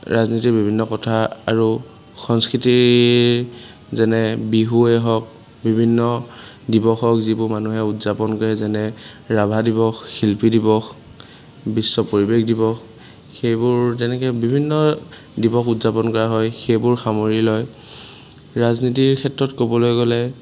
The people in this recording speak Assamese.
ৰাজনীতিৰ বিভিন্ন কথা আৰু সংস্কৃতিৰ যেনে বিহুৱেই হওক বিভিন্ন দিৱস হওক যিবোৰ মানুহে উদযাপন কৰে যেনে ৰাভা দিৱস শিল্পী দিৱস বিশ্ব পৰিৱেশ দিৱস সেইবোৰ যেনেকৈ বিভিন্ন দিৱস উদযাপন কৰা হয় সেইবোৰ সামৰি লয় ৰাজনীতিৰ ক্ষেত্ৰত ক'বলৈ গ'লে